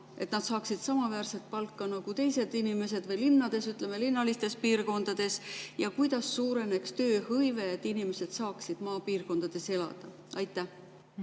et nad saaksid samaväärset palka nagu teised inimesed linnades, ütleme, linnalistes piirkondades? Ja kuidas suureneks tööhõive, et inimesed saaksid maapiirkondades elada? Suur